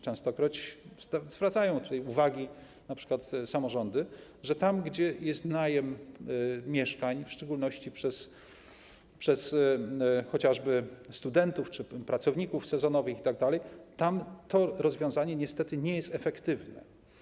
Częstokroć zwracają uwagę np. samorządy, że tam, gdzie jest najem mieszkań, w szczególności przez chociażby studentów czy pracowników sezonowych itd., tam to rozwiązanie niestety nie jest efektywne.